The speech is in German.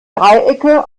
dreiecke